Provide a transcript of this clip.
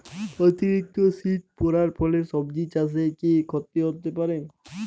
অতিরিক্ত শীত পরার ফলে সবজি চাষে কি ক্ষতি হতে পারে?